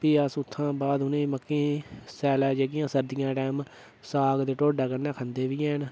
प्ही अस उत्थां बाद उ'नेईं मक्कें ईं सैल्ला जेह्कियां सर्दियें दे टाईम साग ते ढोडे कन्नै खंदे बी है'न